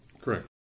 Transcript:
Correct